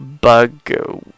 bug